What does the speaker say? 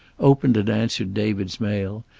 opened and answered david's mail,